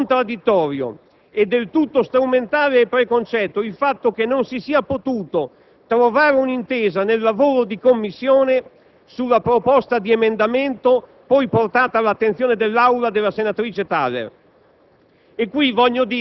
Per questo trovo contraddittorio e del tutto strumentale e preconcetto il fatto che non si sia potuto trovare un'intesa nel lavoro di Commissione sulla proposta di emendamento, poi portata all'attenzione dell'Aula, della senatrice Thaler